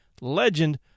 legend